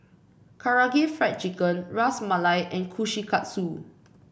Karaage Fried Chicken Ras Malai and Kushikatsu